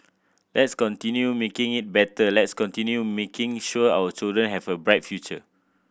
let's continue making it better let's continue making sure our children have a bright future